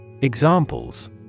Examples